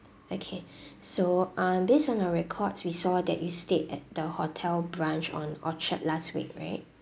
okay so um based on our records we saw that you stayed at the hotel branch on orchard last week right